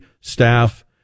staff